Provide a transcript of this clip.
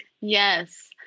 Yes